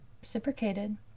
reciprocated